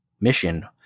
mission